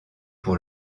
pour